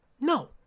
No